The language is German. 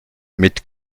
mit